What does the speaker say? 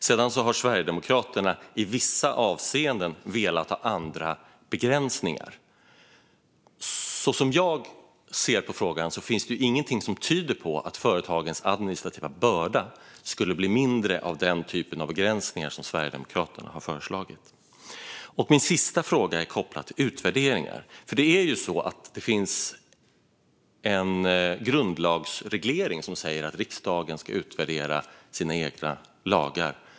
Sedan har Sverigedemokraterna i vissa avseenden velat ha andra begränsningar. Som jag ser på frågan finns det inget som tyder på att företagens administrativa börda skulle bli mindre av den typ av begränsningar som Sverigedemokraterna har föreslagit. Min sista fråga gäller utvärderingar. Det finns en grundlagsreglering som säger att riksdagen ska utvärdera sina egna lagar.